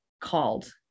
called